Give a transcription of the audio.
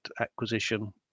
acquisition